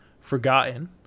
forgotten